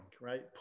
right